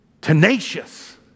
tenacious